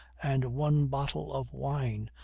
and one bottle of wind,